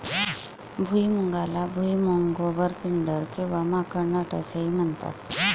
भुईमुगाला भुईमूग, गोबर, पिंडर किंवा माकड नट असेही म्हणतात